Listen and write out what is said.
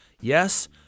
Yes